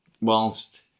whilst